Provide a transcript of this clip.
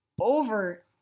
over